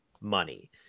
money